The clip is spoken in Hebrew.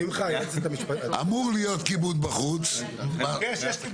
אתה מוריד את הנושא החדש?